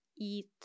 eat